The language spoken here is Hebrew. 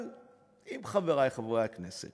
אבל אם חברי חברי הכנסת